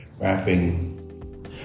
rapping